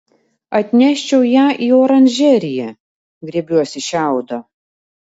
atneščiau ją į oranžeriją griebiuosi šiaudo